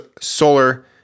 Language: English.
solar